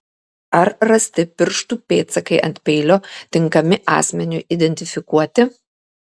ar rasti pirštų pėdsakai ant peilio tinkami asmeniui identifikuoti